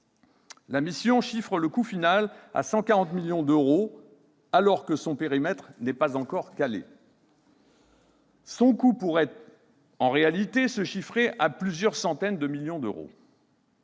La mission chiffre le coût final à l40 millions d'euros, alors que son périmètre n'est pas encore calé. Son coût pourrait, en réalité, se chiffrer à plusieurs centaines de millions d'euros.